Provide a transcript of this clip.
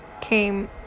came